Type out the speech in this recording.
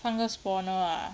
放个 spawner ah